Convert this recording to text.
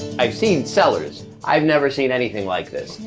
i've seen cellars, i've never seen anything like this.